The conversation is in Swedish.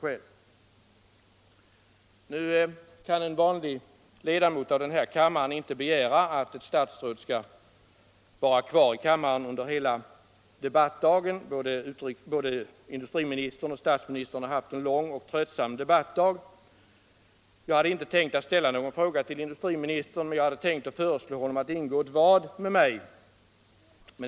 Nu kan en vanlig ledamot av denna kammare inte begära att ett statsråd skall vara kvar här under hela debattdagen. Både industriministern och statsministern har haft en lång och tröttsam debattdag. Jag hade inte tänkt ställa någon fråga till industriministern men hade tänkt föreslå honom att ingå ett vad med mig.